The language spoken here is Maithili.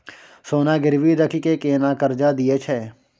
सोना गिरवी रखि के केना कर्जा दै छियै?